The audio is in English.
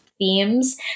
themes